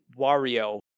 Wario